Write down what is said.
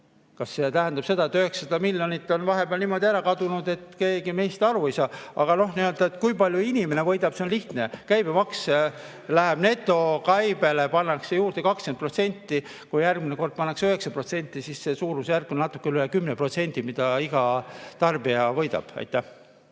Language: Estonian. Kas see tähendab seda, et 900 miljonit on vahepeal niimoodi ära kadunud, et keegi meist aru ei saa? Aga öelda, kui palju inimene võidab, on lihtne. Käibemaks on, netokäibele pannakse juurde 20%. Kui järgmine kord pannakse 9%, siis see suurusjärk on natuke üle 10%, mis iga tarbija võidab. Aitäh!